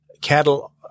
cattle